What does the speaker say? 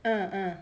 uh uh